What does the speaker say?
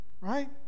right